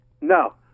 No